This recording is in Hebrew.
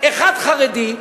אחד חרדי,